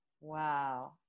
wow